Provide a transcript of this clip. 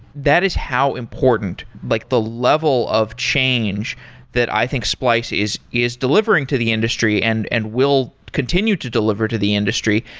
that is how important like the level of change that i think splice is is delivering to the industry and and will continue to deliver to the industry,